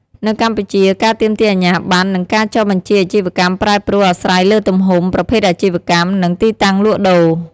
នៅកម្ពុជា ការទាមទារអាជ្ញាប័ណ្ណ និងការចុះបញ្ជីអាជីវកម្មប្រែប្រួលអាស្រ័យលើទំហំ ប្រភេទអាជីវកម្ម និងទីតាំងលក់ដូរ។